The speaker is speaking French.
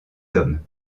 hommes